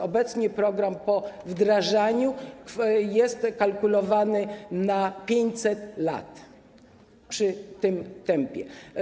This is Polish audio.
Obecnie program po wdrożeniu jest kalkulowany na 500 lat przy tym tempie.